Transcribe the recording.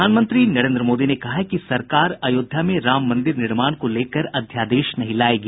प्रधानमंत्री नरेन्द्र मोदी ने कहा है कि सरकार अयोध्या में राम मंदिर निर्माण को लेकर अध्यादेश नहीं लायेगी